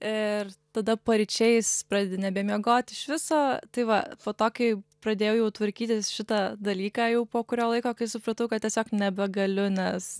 ir tada paryčiais pradedi nebemiegot iš viso tai va po to kai pradėjau jau tvarkytis šitą dalyką jau po kurio laiko kai supratau kad tiesiog nebegaliu nes